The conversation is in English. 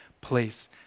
place